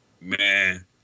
Man